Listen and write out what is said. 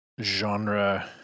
Genre